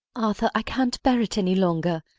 arthur, i can't bear it any longer.